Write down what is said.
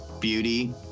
beauty